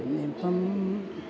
ഇപ്പം